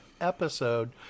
episode